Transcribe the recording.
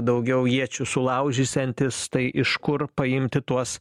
daugiau iečių sulaužysiantis tai iš kur paimti tuos